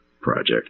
project